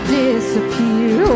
disappear